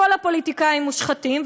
כל הפוליטיקאים מושחתים,